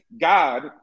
God